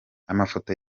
amafoto